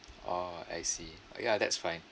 oh I see oh ya that's fine